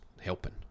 helping